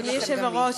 אדוני היושב-ראש,